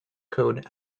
code